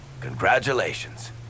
Congratulations